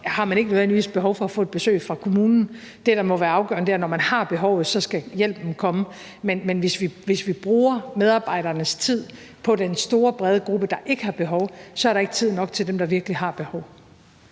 har man ikke nødvendigvis behov for at få et besøg fra kommunen. Det, der må være afgørende, er, at når man har behovet, så skal hjælpen komme. Men hvis vi bruger medarbejdernes tid på den store, brede gruppe, der ikke har behov, så er der ikke tid nok til dem, der virkelig har behov.